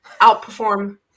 outperform